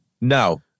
No